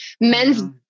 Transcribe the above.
Men's